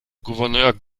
gouverneur